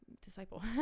disciple